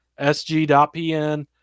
sg.pn